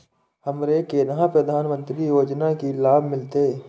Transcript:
हमरो केना प्रधानमंत्री योजना की लाभ मिलते?